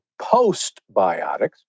postbiotics